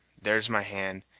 there's my hand,